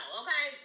okay